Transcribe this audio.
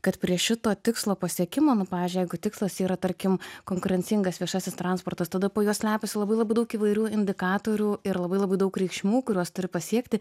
kad prie šito tikslo pasiekimo nu pavyzdžiui jeigu tikslas yra tarkim konkurencingas viešasis transportas tada po juo slepiasi labai labai daug įvairių indikatorių ir labai labai daug reikšmių kuriuos turi pasiekti